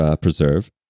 Preserve